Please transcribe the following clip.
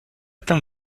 tan